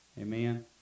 Amen